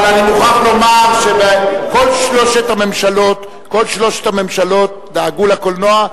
אבל אני מוכרח לומר שכל שלוש הממשלות דאגו לקולנוע,